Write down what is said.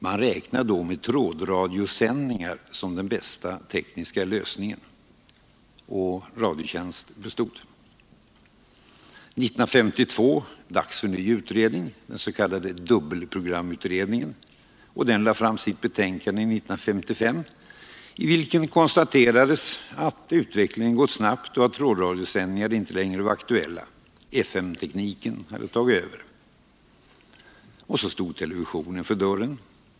Man räknade då med trådradiosändningar som den bästa tekniska lösningen. Radiotjänst bestod. År 1952 tillsattes den s.k. dubbelprogramutredningen. Denna lade fram sitt betänkande 1955, i vilket konstaterades att utvecklingen gått snabbt och att trådradiosändningar inte längre var aktuella — FM-tekniken hade tagit över. Televisionen stod för dörren.